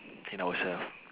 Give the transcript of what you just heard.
in ourselves